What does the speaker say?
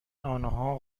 آنها